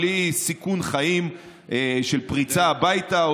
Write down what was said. בלי סיכון חיים ופריצה הביתה,